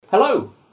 Hello